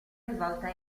rivolta